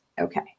Okay